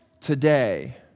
today